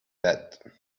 that